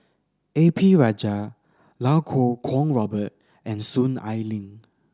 A P Rajah Iau Kuo Kwong Robert and Soon Ai Ling